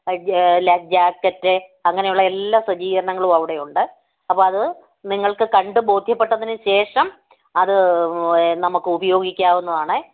life jacket അങ്ങനെയുള്ള എല്ലാ സജ്ജീകരണങ്ങളും അവിടെയുണ്ട് അപ്പോഴതു നിങ്ങൾക്ക് കണ്ട് ബോധ്യപ്പെട്ടതിനുശേഷം അത് നമ്മുക്ക് ഉപയോഗിക്കാവുന്നതാണ്